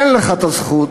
אין לך את הזכות,